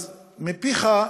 אז מפיך,